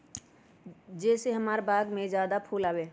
जे से हमार बाग में फुल ज्यादा आवे?